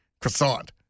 croissant